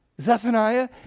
Zephaniah